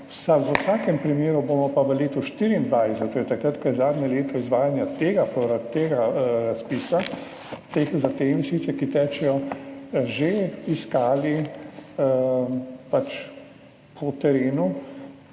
V vsakem primeru bomo pa v letu 2024, to je takrat, ko je zadnje leto izvajanja tega razpisa za te investicije, ki tečejo, že iskali po terenu